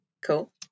Cool